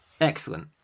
Excellent